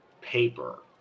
paper